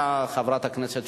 העבודה והרווחה.